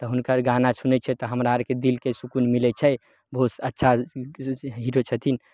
तऽ हुनकर गाना सुनै छियै तऽ हमरा आरके दिलके सुकुन मिलै छै बहुत अच्छा हीरो छथिन